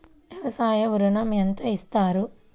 వ్యవసాయ ఋణం ఎంత ఇస్తారు?